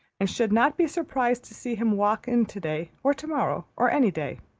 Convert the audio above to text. and should not be surprised to see him walk in today or tomorrow, or any day.